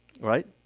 right